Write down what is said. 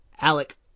Alec